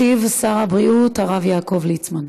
ישיב שר הבריאות הרב יעקב ליצמן.